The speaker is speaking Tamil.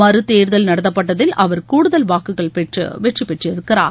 மறு தேர்தல் நடத்தப்பட்டதில் அவர் கூடுதல் வாக்குகள் பெற்று வெற்றிபெற்றிருக்கிறார்